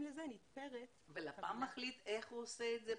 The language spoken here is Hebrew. לזה נתפרת --- ולפ"מ מחליטה איך היא עושה את זה,